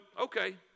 okay